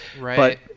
Right